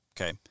Okay